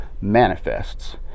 manifests